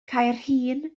caerhun